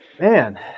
Man